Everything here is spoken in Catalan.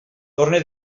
torne